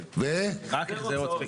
רק החזר הוצאות.